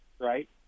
right